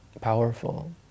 powerful